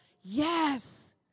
Yes